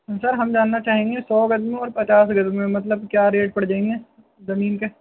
سر ہم جاننا چاہیں گے سو گز میں اور پچاس گز میں مطلب کیا ریٹ پڑ جائیں گے زمین کے